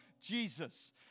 Jesus